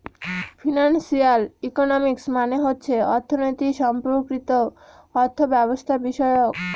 financial economics মানে হচ্ছে অর্থনীতি সম্পর্কিত অর্থব্যবস্থাবিষয়ক